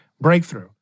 breakthrough